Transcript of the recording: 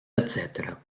etcètera